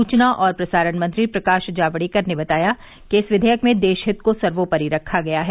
सूचना और प्रसारण मंत्री प्रकाश जावड़ेकर ने बताया कि इस विधेयक में देश हित को सर्वोपरि रखा गया है